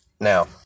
Now